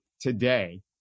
Today